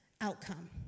outcome